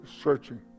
Searching